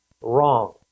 wrong